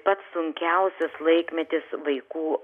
pats sunkiausias laikmetis vaikų